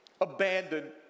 abandoned